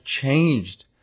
changed